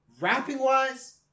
Rapping-wise